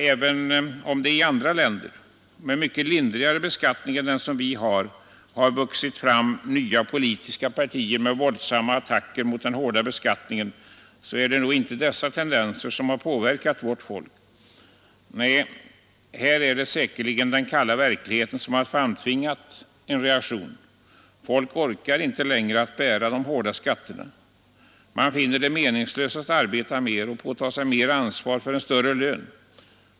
Även om det i andra länder med mycket lindrigare beskattning än vår har vuxit fram nya politiska partier som gjort våldsamma attacker mot den hårda beskattningen, är det nog inte dessa tendenser som har påverkat vårt folk. Nej, här är det säkerligen den kalla verkligheten som har framtvingat en reaktion. Folk orkar inte längre att bära de hårda skatterna. Man finner det meningslöst att arbeta mer eller påta sig mer ansvar för större lön.